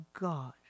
God